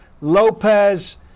Lopez